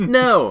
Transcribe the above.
no